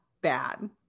bad